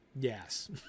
yes